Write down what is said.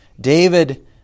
David